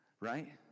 Right